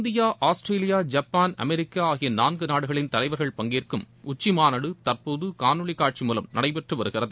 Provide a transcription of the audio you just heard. India Australia Japan America ஆகிய நான்கு நாடுகளின் தலைவர்கள் பங்கேற்கும் உச்சிமாநாடு இன்று காணொலி காட்சி மூலம் நடைபெறவுள்ளது